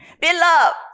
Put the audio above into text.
beloved